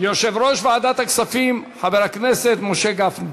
יושב-ראש ועדת הכספים חבר הכנסת משה גפני.